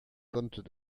comptes